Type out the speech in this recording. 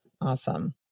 Awesome